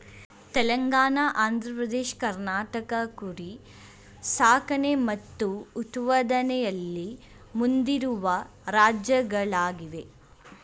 ತೆಲಂಗಾಣ ಆಂಧ್ರ ಪ್ರದೇಶ್ ಕರ್ನಾಟಕ ಕುರಿ ಸಾಕಣೆ ಮತ್ತು ಉತ್ಪಾದನೆಯಲ್ಲಿ ಮುಂದಿರುವ ರಾಜ್ಯಗಳಾಗಿವೆ